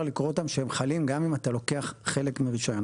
לקרוא אותם שהם חלים גם אם אתה לוקח חלק מרישיון.